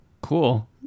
cool